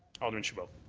alderman chabot.